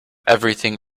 everything